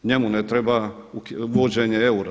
Njemu ne treba uvođenje eura.